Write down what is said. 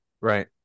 right